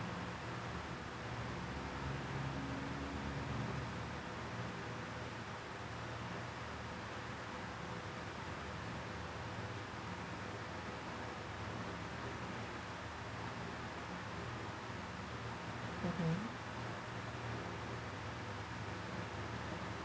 mmhmm